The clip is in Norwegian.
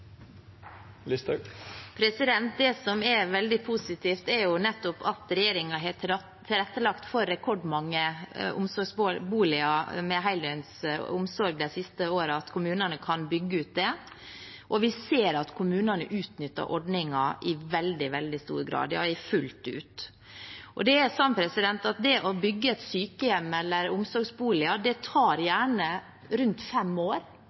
det haster. Det som er veldig positivt, er at regjeringen de siste årene har tilrettelagt for at kommunene har kunnet bygge rekordmange omsorgsboliger med heldøgns omsorg. Vi ser at kommunene utnytter ordningen i veldig stor grad – ja, fullt ut. Det å bygge et sykehjem eller en omsorgsbolig tar gjerne rundt fem år